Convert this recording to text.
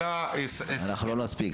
אנחנו לא נספיק.